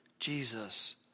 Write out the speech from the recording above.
Jesus